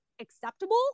acceptable